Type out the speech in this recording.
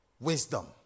wisdom